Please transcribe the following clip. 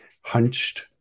hunched